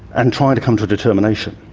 and trying to come to a determination.